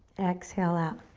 exhale out.